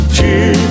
Cheer